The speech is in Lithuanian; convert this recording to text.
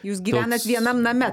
jūs gyvenat vienam name